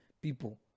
people